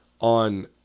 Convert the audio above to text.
on